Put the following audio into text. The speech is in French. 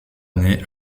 année